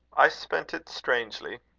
i spent it strangely,